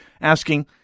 asking